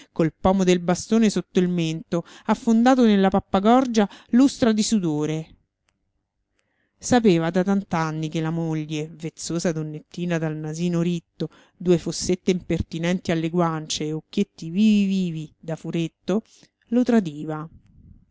col pomo del bastone sotto il mento affondato nella pappagorgia lustra di sudore l'uomo solo luigi pirandello sapeva da tant'anni che la moglie vezzosa donnettina dal nasino ritto due fossette impertinenti alle guance e occhietti vivi vivi da furetto lo tradiva